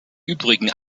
übrigen